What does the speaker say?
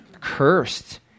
cursed